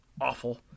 awful